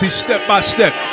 step-by-step